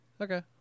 Okay